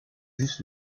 juste